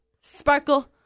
sparkle